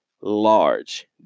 large